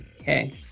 okay